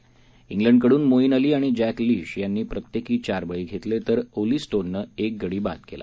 ा ग्लंडकडून मोईन अली आणि जॅक लिश यांनी प्रत्येकी चार बळी घेतले तर ओली स्टोननं एक गडी बाद केला